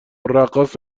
رقاص